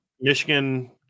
Michigan